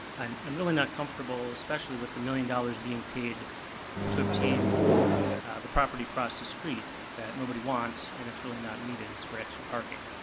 i'm um really not comfortable, especially with the one million dollars being paid to obtain the property across the street that nobody wants and it's really not needed, it's for extra parking.